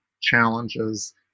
challenges